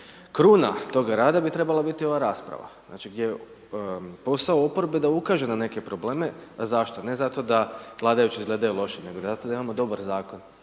Kruna toga rada bi trebala biti ova rasprava, znači gdje je posao oporbe da ukaže na neke probleme. Zašto? Ne zato da vladajući izgledaju loše, nego zato da imamo dobar zakon.